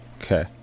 Okay